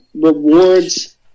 rewards